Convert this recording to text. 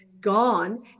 gone